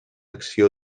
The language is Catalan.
acció